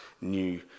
new